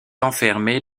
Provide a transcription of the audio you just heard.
enfermée